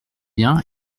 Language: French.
bien